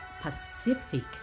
Pacific